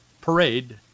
parade